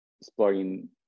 exploring